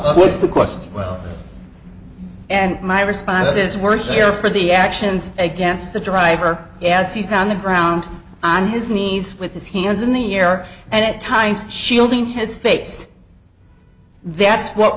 up what's the question well and my response is worse here for the actions against the driver as he's on the ground on his knees with his hands in the air and at times shielding his face that's what